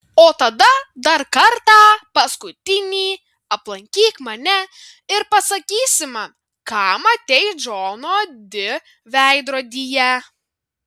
o tada dar kartą paskutinį aplankyk mane ir pasakysi man ką matei džono di veidrodyje